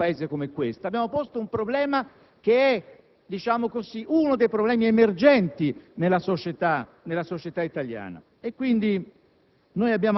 dell'ordinamento costituzionale. Ci sono problemi che riguardano la crisi della politica, che è anche capacità di dare soluzione ai problemi della